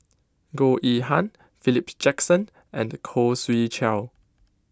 Goh Yihan Philip Jackson and Khoo Swee Chiow